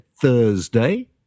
Thursday